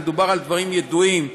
מדובר על דברים ידועים